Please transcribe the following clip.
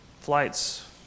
flights